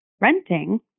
renting